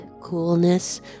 coolness